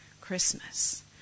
Christmas